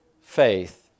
faith